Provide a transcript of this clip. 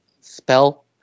spell